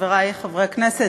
חברי חברי הכנסת,